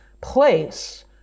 place